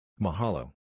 Mahalo